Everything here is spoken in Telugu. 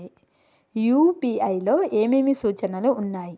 యూ.పీ.ఐ లో ఏమేమి సూచనలు ఉన్నాయి?